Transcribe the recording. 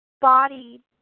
body